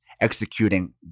executing